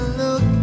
look